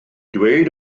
dweud